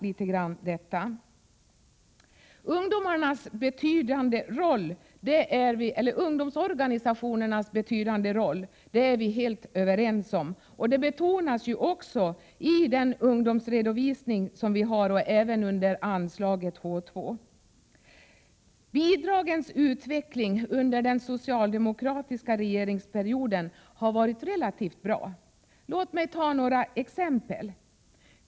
Låt mig något kommentera detta. Ungdomsorganisationernas betydande roll är vi helt överens om, och den betonas också både i ungdomsredovisningen och under anslaget H 2. Bidragens utveckling under den socialdemokratiska regeringsperioden har varit relativt bra. Låt mig ta några exempel.